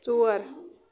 ژور